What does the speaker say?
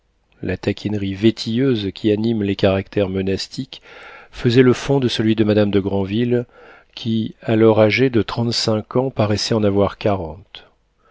la taquinerie vétilleuse qui anime les caractères monastiques faisait le fond de celui de madame de granville qui alors âgée de trente-cinq ans paraissait en avoir